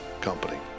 company